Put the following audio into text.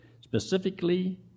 specifically